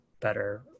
better